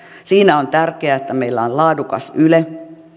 siinä on tärkeää että meillä on laadukas yle